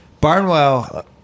Barnwell